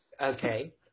Okay